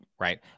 right